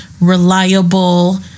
reliable